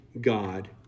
god